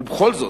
ובכל זאת,